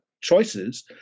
choices